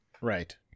Right